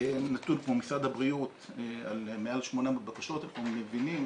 נתון כמו משרד הבריאות על מעל 800 בקשות אנחנו מבינים